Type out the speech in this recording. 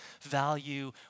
value